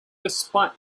despite